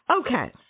Okay